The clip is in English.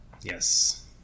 Yes